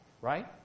right